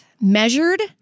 measured